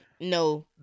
No